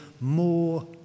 more